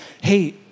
hey